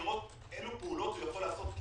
לראות אילו פעולות הוא יכול לעשות.